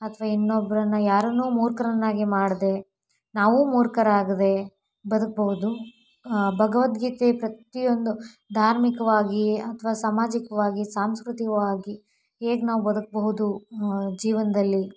ಅಥವಾ ಇನ್ನೊಬ್ಬನ್ನ ಯಾರನ್ನೂ ಮೂರ್ಖರನ್ನಾಗಿ ಮಾಡದೇ ನಾವೂ ಮೂರ್ಖರಾಗದೇ ಬದುಕಬಹುದು ಭಗವದ್ಗೀತೆ ಪ್ರತಿಯೊಂದು ಧಾರ್ಮಿಕವಾಗಿ ಅಥವಾ ಸಾಮಾಜಿಕವಾಗಿ ಸಾಂಸ್ಕೃತಿಕವಾಗಿ ಹೇಗ್ ನಾವು ಬದುಕಬಹುದು ಜೀವನದಲ್ಲಿ